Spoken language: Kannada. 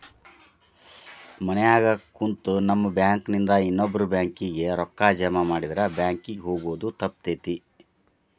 ಮನ್ಯಾಗ ಕುಂತು ನಮ್ ಬ್ಯಾಂಕ್ ನಿಂದಾ ಇನ್ನೊಬ್ಬ್ರ ಬ್ಯಾಂಕ್ ಕಿಗೆ ರೂಕ್ಕಾ ಜಮಾಮಾಡಿದ್ರ ಬ್ಯಾಂಕ್ ಕಿಗೆ ಹೊಗೊದ್ ತಪ್ತೆತಿ